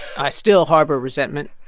i still harbor resentment.